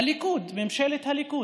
הליכוד, ממשלת הליכוד.